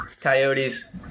Coyotes